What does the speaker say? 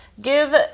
give